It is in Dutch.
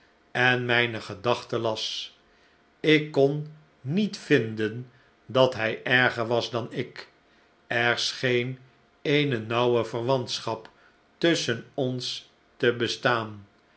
en mijne gedachten las ik kon niet vinden dat hij erger was dan ik er scheen eene nauwe verwantschap tusschen ons te bestaan